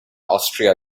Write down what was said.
austria